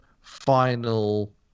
final